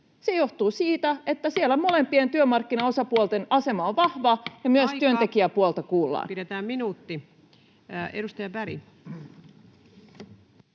koputtaa] että siellä molempien työmarkkinaosapuolten asema on vahva ja myös työntekijäpuolta kuullaan. [Speech 187] Speaker: